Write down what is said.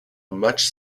much